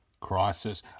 Crisis